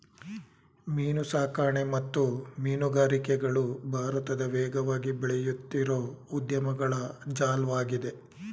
ಮೀನುಸಾಕಣೆ ಮತ್ತು ಮೀನುಗಾರಿಕೆಗಳು ಭಾರತದ ವೇಗವಾಗಿ ಬೆಳೆಯುತ್ತಿರೋ ಉದ್ಯಮಗಳ ಜಾಲ್ವಾಗಿದೆ